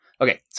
Okay